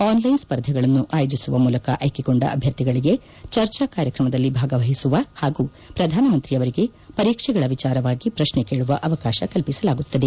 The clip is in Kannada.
ಆನ್ಲೈನ್ ಸ್ಪರ್ಧೆಗಳನ್ನು ಆಯೋಜಿಸುವ ಮೂಲಕ ಆಯ್ಕೆಗೊಂಡ ಅಭ್ಯರ್ಥಿಗಳಿಗೆ ಚರ್ಚಾ ಕಾರ್ಯಕ್ರಮದಲ್ಲಿ ಭಾಗವಹಿಸುವ ಹಾಗೂ ಪ್ರಧಾನಮಂತ್ರಿಯವರಿಗೆ ಪರೀಕ್ಷೆಗಳ ವಿಚಾರವಾಗಿ ಪ್ರತ್ನ ಕೇಳುವ ಅವಕಾಶ ಕಲ್ಪಿಸಲಾಗುತ್ತದೆ